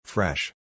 Fresh